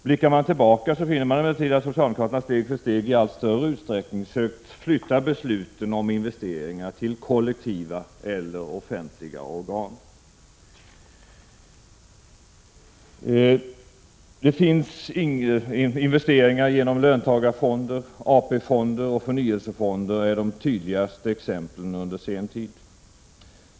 Blickar man tillbaka finner man emellertid att socialdemokraterna steg för steg i allt större utsträckning sökt flytta besluten om investeringar till kollektiva eller offentliga organ. Investeringar genom löntagarfonder, AP-fonder och förnyelsefonder är de tydligaste exemplen under senare tid.